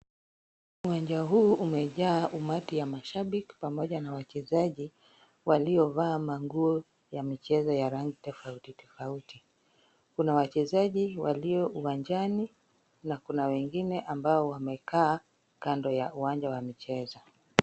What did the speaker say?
Uwanja huu umejaa umati wa mashabiki pamoja na wachezaji waliovaa manguo ya michezo ya rangi tofauti tofauti. Kuna wachezaji walio uwanjani na kuna wengine ambao wamekaa kando ya uwanja wa mchezo.